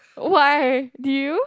why did you